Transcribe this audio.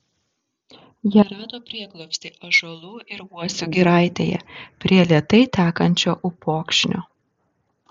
jie rado prieglobstį ąžuolų ir uosių giraitėje prie lėtai tekančio upokšnio